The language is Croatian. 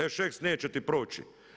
E Šeks, neće ti proći.